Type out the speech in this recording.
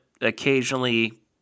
occasionally